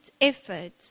effort